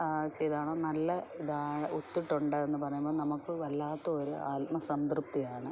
ചെയ്തതാണോ നല്ല ഇതാ ഒത്തിട്ടുണ്ടെന്ന് പറയുമ്പം നമുക്ക് വല്ലാത്ത ഒരു ആത്മ സംതൃപ്തിയാണ്